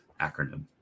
acronym